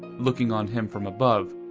looking on him from above,